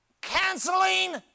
canceling